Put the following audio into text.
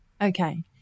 Okay